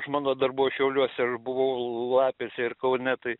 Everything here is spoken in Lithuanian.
žmona dar buvo šiauliuose aš buvau lapėse ir kaune tai